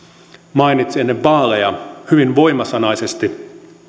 mainitsi ennen vaaleja hyvin voimasanaisesti